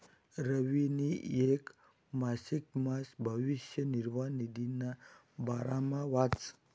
रवीनी येक मासिकमा भविष्य निर्वाह निधीना बारामा वाचं